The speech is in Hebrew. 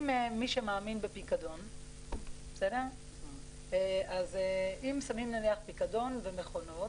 מי שמאמין בפיקדון, אם שמים נניח פיקדון ומכונות,